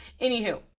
Anywho